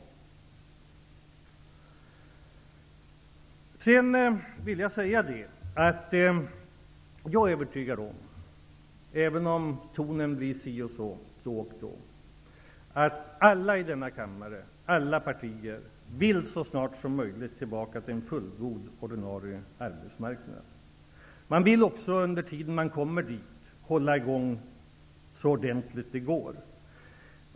Även om tonen är si eller så emellanåt är jag övertygad om att alla partier i denna kammare så snart som möjligt vill ha en återgång till en fullgod ordinarie arbetsmarknad. Under tiden fram till dess vill man hålla i gång så ordentligt som det går.